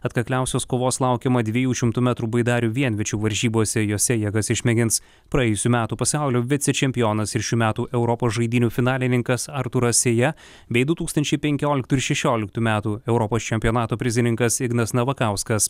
atkakliausios kovos laukiama dviejų šimtų metrų baidarių vienviečių varžybose jose jėgas išmėgins praėjusių metų pasaulio vicečempionas ir šių metų europos žaidynių finalininkas artūras sėja bei du tūkstančiai penkioliktų ir šešioliktų metų europos čempionato prizininkas ignas navakauskas